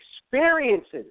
experiences